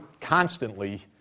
constantly